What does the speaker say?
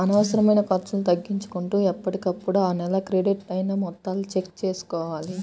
అనవసరమైన ఖర్చులను తగ్గించుకుంటూ ఎప్పటికప్పుడు ఆ నెల క్రెడిట్ అయిన మొత్తాలను చెక్ చేసుకోవాలి